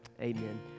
amen